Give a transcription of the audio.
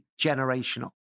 generational